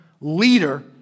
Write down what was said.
leader